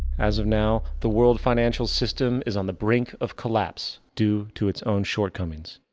as of now, the world financial system is on the brink of collapse due to it's own shortcomings.